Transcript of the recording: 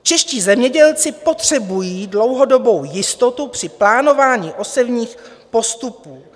Čeští zemědělci potřebují dlouhodobou jistotu při plánování osevních postupů.